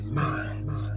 minds